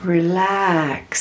Relax